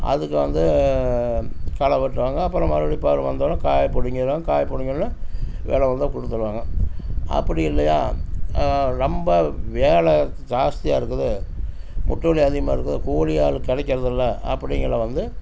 அதுக்கு வந்து கள வெட்டுறாங்க அப்புறம் மறுபடியும் பருவம் வந்தோவுன்னே காயை பிடிங்கிறாங்க காய் பிடிங்கியோன்னே வில வந்தால் கொடுத்துருவாங்க அப்படி இல்லையா ரொம்ப வேலை ஜாஸ்தியாக இருக்குது ஒட்டுண்ணி அதிகமாயிருக்குது கூலி ஆள் கிடைக்கறதில்ல அப்படிங்கில்ல வந்து